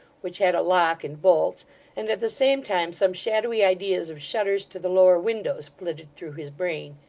which had a lock and bolts and at the same time some shadowy ideas of shutters to the lower windows, flitted through his brain.